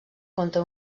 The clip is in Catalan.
contra